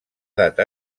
data